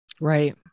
Right